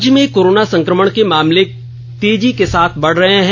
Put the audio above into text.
राज्य में कोरोना संक्रमण के मामले तेजी के साथ बढ़ रहे हैं